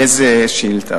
איזו שאילתא?